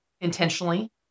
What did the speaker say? intentionally